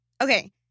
okay